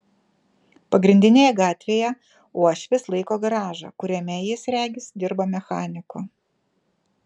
pagrindinėje gatvėje uošvis laiko garažą kuriame jis regis dirba mechaniku